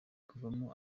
kuvamo